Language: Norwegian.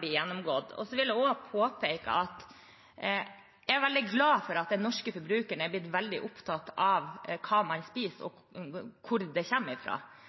blir gjennomgått. Jeg vil også påpeke at jeg er veldig glad for at den norske forbrukeren har blitt veldig opptatt av hva man spiser, og